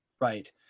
right